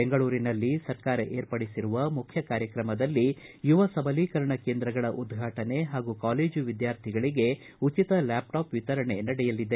ಬೆಂಗಳೂರಿನಲ್ಲಿ ಸರ್ಕಾರ ಏರ್ಪಡಿಸಿರುವ ಮುಖ್ಯ ಕಾರ್ಯಕ್ರಮದಲ್ಲಿ ಯುವ ಸಬಲೀಕರಣ ಕೇಂದ್ರಗಳ ಉದ್ರಾಟನೆ ಹಾಗೂ ಕಾಲೇಜು ವಿದ್ಯಾರ್ಥಿಗಳಿಗೆ ಉಚಿತ ಲ್ಯಾಪ್ ಟಾಪ್ ವಿತರಣೆ ನಡೆಯಲಿದೆ